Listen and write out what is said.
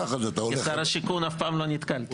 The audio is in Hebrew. כשר השיכון, אף פעם לא נתקלתי.